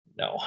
No